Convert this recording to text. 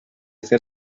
fer